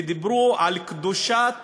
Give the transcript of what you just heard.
ודיברו על קדושת